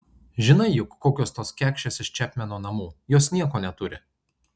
žinai juk kokios tos kekšės iš čepmeno namų jos nieko neturi